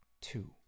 two